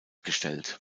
gestellt